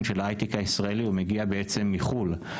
של ההייטק הישראלי הוא מגיע בעצם מחו"ל,